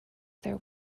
there